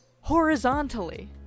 horizontally